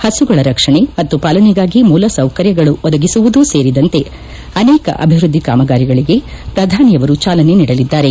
ಹಸುಗಳ ರಕ್ಷಣೆ ಮತ್ತು ಪಾಲನೆಗಾಗಿ ಮೂಲ ಸೌಕರ್ಯಗಳು ಒದಗಿಸುವುದು ಸೇರಿದಂತೆ ಅನೇಕ ಅಭಿವೃದ್ಧಿ ಕಾಮಗಾರಿಗಳಿಗೆ ಪ್ರಧಾನಿ ನರೇಂದ್ರ ಮೋದಿ ಅವರು ಚಾಲನೆ ನೀಡಲಿದ್ದಾರೆ